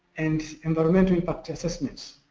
and environment impact assessments.